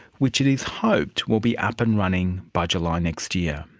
which it is hoped will be up and running by july next year.